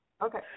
Okay